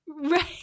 Right